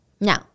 Now